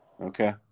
Okay